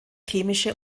chemische